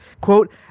Quote